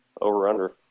over-under